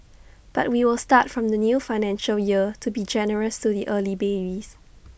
but we will start from the new financial year to be generous to the early babies